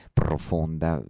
profonda